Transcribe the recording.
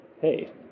hey